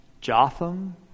Jotham